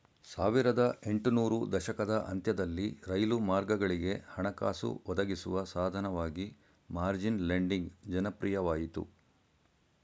ಸಾವಿರದ ಎಂಟು ನೂರು ದಶಕದ ಅಂತ್ಯದಲ್ಲಿ ರೈಲು ಮಾರ್ಗಗಳಿಗೆ ಹಣಕಾಸು ಒದಗಿಸುವ ಸಾಧನವಾಗಿ ಮಾರ್ಜಿನ್ ಲೆಂಡಿಂಗ್ ಜನಪ್ರಿಯವಾಯಿತು